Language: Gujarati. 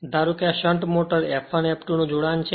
ધારો કે આ શંટ મોટર F1 F2 નું જોડાણ છે